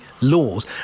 laws